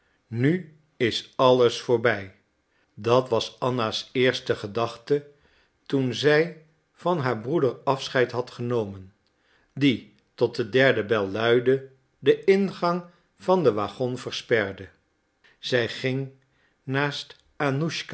nu is alles voorbij dat was anna's eerste gedachte toen zij van haar broeder afscheid had genomen die tot de derde bel luidde den ingang van den waggon versperde zij ging naast